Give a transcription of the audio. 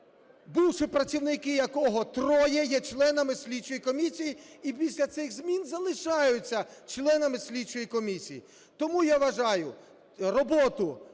бувші працівники якого, троє, є членами слідчої комісії і після цих змін залишаються членами слідчої комісії. Тому я вважаю роботу